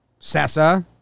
Sessa